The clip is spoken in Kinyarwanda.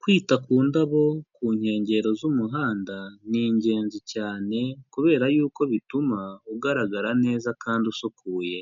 Kwita ku ndabo ku nkengero z'umuhanda ni ingenzi cyane kubera yuko bituma ugaragara neza kandi usukuye,